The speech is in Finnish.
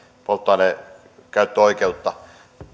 polttoainekäyttöoikeutta